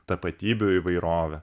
tapatybių įvairovę